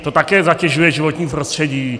To také zatěžuje životní prostředí.